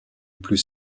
plus